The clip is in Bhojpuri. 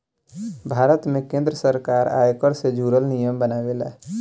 भारत में केंद्र सरकार आयकर से जुरल नियम बनावेला